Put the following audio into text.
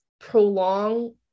prolong